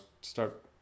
start